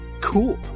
Cool